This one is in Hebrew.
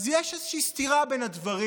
אז יש איזושהי סתירה בין הדברים,